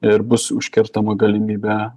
ir bus užkertama galimybė